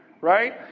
Right